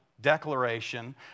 declaration